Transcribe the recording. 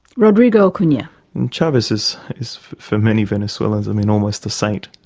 rodrigo acuna chavez is is for many venezuelans, i mean, almost a saint.